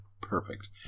perfect